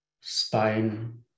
Spine